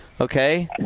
Okay